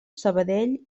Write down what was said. sabadell